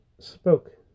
spoke